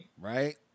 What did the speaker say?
Right